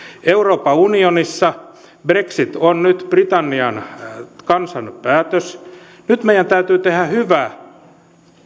euroopan unionissa brexit on nyt britannian kansan päätös nyt meidän täytyy tehdä hyvä